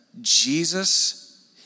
Jesus